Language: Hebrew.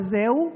וזהו.